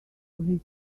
police